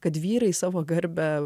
kad vyrai savo garbę